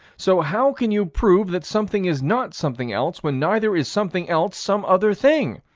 so how can you prove that something is not something else, when neither is something else some other thing?